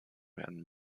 werden